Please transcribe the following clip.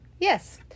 Yes